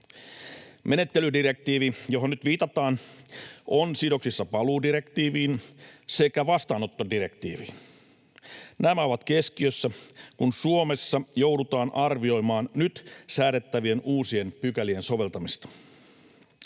Menettelydirektiivi, johon nyt viitataan, on sidoksissa paluudirektiiviin sekä vastaanottodirektiiviin. Nämä ovat keskiössä, kun Suomessa joudutaan arvioimaan nyt säädettävien uusien pykälien soveltamista.